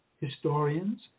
historians